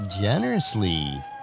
generously